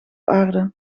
aarde